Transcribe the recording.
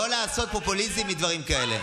לא לעשות פופוליזם מדברים כאלה.